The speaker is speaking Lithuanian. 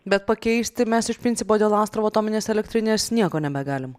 bet pakeisti mes iš principo dėl astravo atominės elektrinės nieko nebegalim